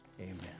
Amen